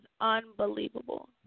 unbelievable